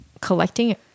collecting